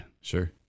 sure